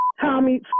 Tommy